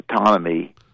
autonomy